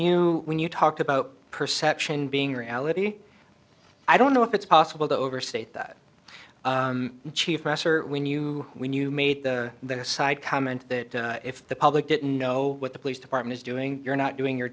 you when you talk about perception being reality i don't know if it's possible to overstate that chief press or when you when you made that a side comment that if the public didn't know what the police department is doing you're not doing your